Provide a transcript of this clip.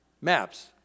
Maps